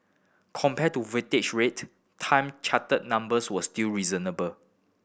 compared to voyage rate time charter numbers were still reasonable